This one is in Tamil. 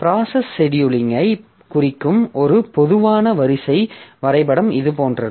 ப்ராசஸ் செடியூலிங்ஐ குறிக்கும் ஒரு பொதுவான வரிசை வரைபடம் இது போன்றது